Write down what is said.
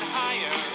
higher